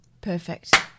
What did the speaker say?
Perfect